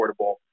affordable